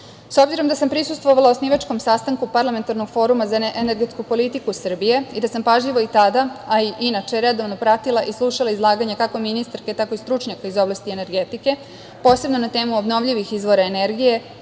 obzirom da sam prisustvovala osnivačkom sastanku Parlamentarnog foruma za energetsku politiku Srbije i da sam pažljivo i tada, a i inače redovno pratila i slušala izlaganja kako ministarke, tako i stručnjaka iz oblasti energetike, posebno na temu obnovljivih izvora energije